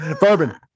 bourbon